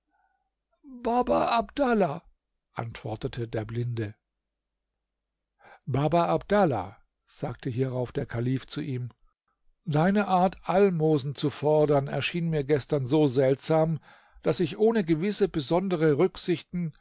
baba abdallah antwortete der blinde baba abdallah sagte hierauf der kalif zu ihm deine art almosen zu fordern erschien mir gestern so seltsam daß ich ohne gewisse besondere rücksichten